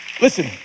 Listen